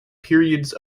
periods